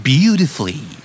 Beautifully